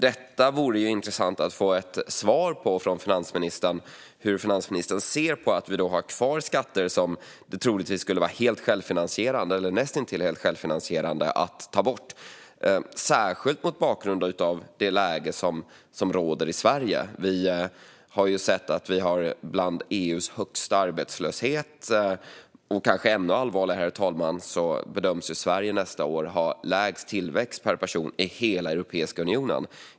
Det vore intressant att få ett svar från finansministern om hur hon ser på att vi har kvar skatter som det troligtvis skulle vara helt självfinansierande eller näst intill självfinansierande att ta bort, särskilt mot bakgrund av läget i Sverige. Vi finns bland de länder som har EU:s högsta arbetslöshet. Något som kanske är ännu allvarligare, herr talman, är att Sverige nästa år bedöms ha lägst tillväxt per person i hela Europeiska unionen.